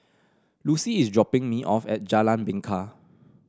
Lucy is dropping me off at Jalan Bingka